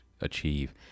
achieve